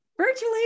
virtually